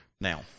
Now